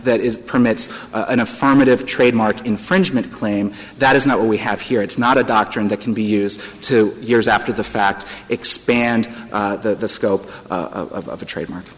that is permits an affirmative trademark infringement claim that is not what we have here it's not a doctrine that can be used two years after the fact expand the scope of the trademark